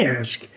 ask